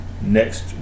next